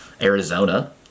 Arizona